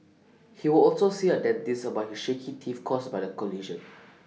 he will also see A dentist about his shaky teeth caused by the collision